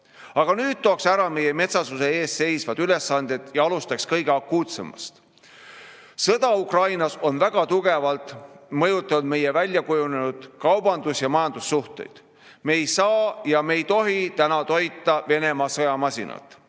nüüd tooks ära meie metsasuse ees seisvad ülesanded ja alustaks kõige akuutsemast. Sõda Ukrainas on väga tugevalt mõjutanud meie väljakujunenud kaubandus- ja majandussuhteid. Me ei saa ja me ei tohi täna toita Venemaa sõjamasinat.